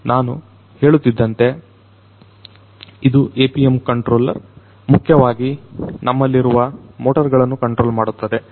ನಾನು ಹೇಳುತ್ತಿದ್ದಂತೆ ಇದು APM ಕಂಟ್ರೋಲರ್ ಮುಖ್ಯವಾಗಿ ನಮ್ಮಲ್ಲಿರುವ ಮೋಟರ್ ಗಳನ್ನು ಕಂಟ್ರೋಲ್ ಮಾಡುತ್ತದೆ